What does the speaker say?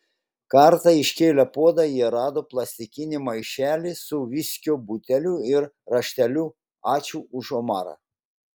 kartą iškėlę puodą jie rado plastikinį maišelį su viskio buteliu ir rašteliu ačiū už omarą